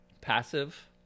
passive